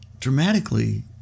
dramatically